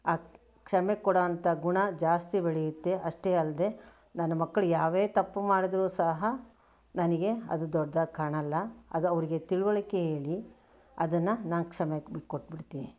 ಆ ಕ್ಷಮೆ ಕೊಡೊ ಅಂಥ ಗುಣ ಜಾಸ್ತಿ ಬೆಳೆಯುತ್ತೆ ಅಷ್ಟೇ ಅಲ್ಲದೆ ನನ್ನ ಮಕ್ಕಳು ಯಾವುವೇ ತಪ್ಪು ಮಾಡಿದರೂ ಸಹ ನನಗೆ ಅದು ದೊಡ್ದಾಗಿ ಕಾಣಲ್ಲ ಅದು ಅವರಿಗೆ ತಿಳುವಳಿಕೆ ಹೇಳಿ ಅದನ್ನು ನಾನು ಕ್ಷಮೆ ಬಿಟ್ಟು ಕೊಟ್ಬಿಡ್ತೀನಿ